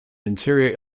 interior